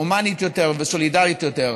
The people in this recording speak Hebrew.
הומנית יותר וסולידרית יותר.